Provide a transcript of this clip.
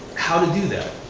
how to do that.